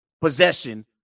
possession